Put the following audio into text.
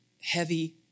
heavy